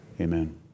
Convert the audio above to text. Amen